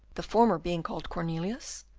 the former being called cornelius,